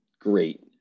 great